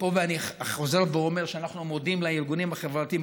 ופה אני חוזר ואומר שאנחנו מודים לארגונים החברתיים,